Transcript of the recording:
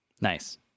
Nice